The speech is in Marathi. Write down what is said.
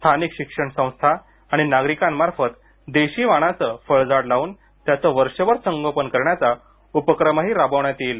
स्थानिक शिक्षण संस्था आणि नागरिकां मार्फत देशी वाणाचं फळ झाड लावून त्याचं वर्षभर संगोपन करण्याचा उपक्रमही राबवण्यात येईल